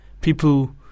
People